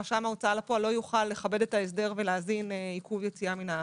רשם ההוצאה לפועל לא יוכל לכבד את ההסדר ולהזין עיכוב יציאה מהארץ.